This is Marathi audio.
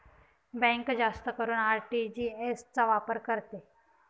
बँक जास्त करून आर.टी.जी.एस चा वापर करते